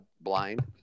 blind